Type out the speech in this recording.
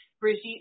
Brigitte